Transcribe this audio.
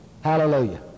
Hallelujah